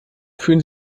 fühlen